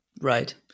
Right